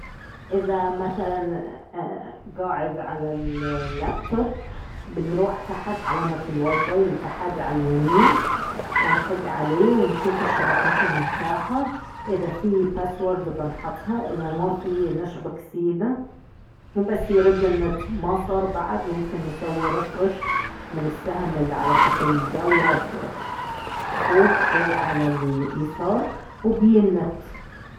اذا مثلا اه قاعد على اللابتوب بنروح تحت علامة الواي فاي الي تحت على اليمين ونطق عليه ونشوف الشبكات المتاحة اذا في باسورد بنحطها اذا ما في نشبك سيدا وبس يرد النت ما صار بعد ممكن نسوي ريفرش من السهم اللي على شكل دايرة فوق فوق على اليسار وبيي النت